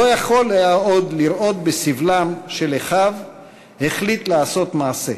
לא יכול היה עוד לראות בסבלם של אחיו והחליט לעשות מעשה.